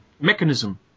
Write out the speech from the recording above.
mechanism